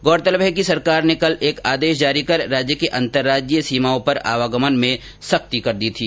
गौरतलब है कि सरकार ने कल एक आदेश जारी कर राज्य की अंतर्राज्यीय सीमाओं पर आवागमन मे सख्ती कर दी थी